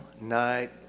night